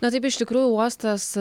na taip iš tikrųjų uostas